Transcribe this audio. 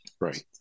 Right